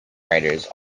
writers